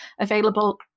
available